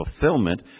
fulfillment